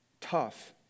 tough